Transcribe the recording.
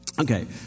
Okay